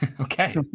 Okay